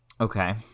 Okay